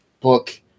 book